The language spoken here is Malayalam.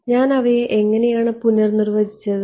ഞാൻ അവയെ എങ്ങനെ പുനർനിർവചിച്ചു